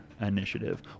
initiative